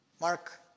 Mark